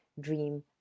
dream